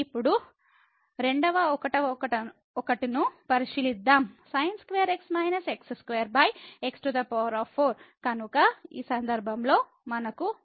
ఇప్పుడు 2 వ 1 వ 1 ను పరిశీలిద్దాం sin2x x2x4 కనుక ఈ సందర్భంలో మనకు మళ్ళీ ఈ 00 రూపం ఉంది